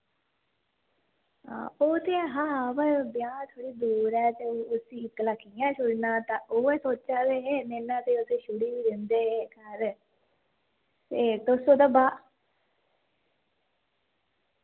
ओह् ते ऐहा बाऽ ब्याह् दूर ते उसी इक्कला कियां छुड़ना ते उऐ सोचा दे हे की कियां छुड़दे घर ते तुस ओह्दे बाद